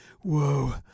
Whoa